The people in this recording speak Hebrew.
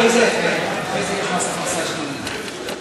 אחרי זה יש מס הכנסה שלילי.